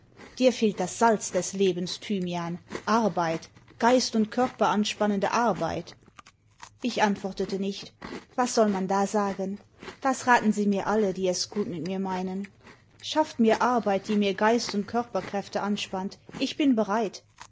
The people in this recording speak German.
dir fehlt das salz des lebens thymian arbeit geist und körper anspannende arbeit i ich antwortete nicht was soll man da sagen das raten sie mir alle die es gut mit mir meinen schafft mir arbeit die mir geist und körperkräfte anspannt ich bin bereit